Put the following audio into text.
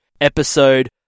episode